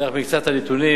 אתן לך מקצת הנתונים.